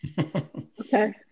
Okay